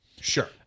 Sure